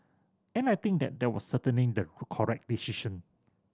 and I think that they were certain the correct decision